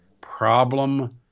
problem